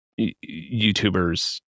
YouTubers